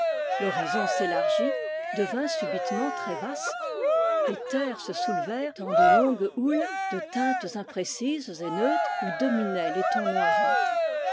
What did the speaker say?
nouveau l'horizon s'élargit devint subitement très vaste les terres se soulevèrent en de longues houles de teintes imprécises et neutres où dominaient les tons noirâtres